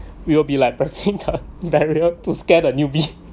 we will be like pressing a barrier to scare the newbie